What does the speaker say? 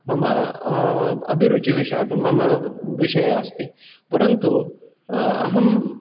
मम अभिरुचिविषयः मम विषयास्ति परन्तु अहं